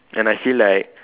and I feel like